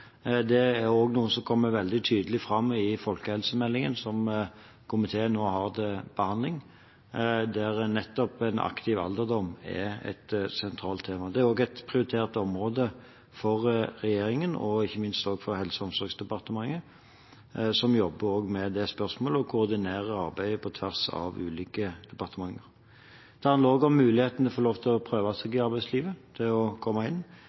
er også noe som kommer veldig tydelig fram i folkehelsemeldingen, som komiteen nå har til behandling, der nettopp en aktiv alderdom er et sentralt tema. Dette er også et prioritert område for regjeringen og, ikke minst, for Helse- og omsorgsdepartementet, som jobber med dette spørsmålet og koordinerer arbeidet på tvers av ulike departementer. Dette handler også om muligheten til å få prøve seg i arbeidslivet, til å komme inn.